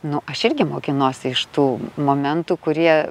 nu aš irgi mokinuosi iš tų momentų kurie